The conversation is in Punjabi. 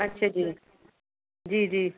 ਅੱਛਾ ਜੀ ਜੀ ਜੀ